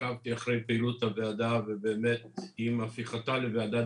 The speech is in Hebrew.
עקבתי אחר פעילות הוועדה ובאמת עם הפיכתה לוועדת